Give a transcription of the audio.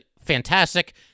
fantastic